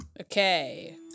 okay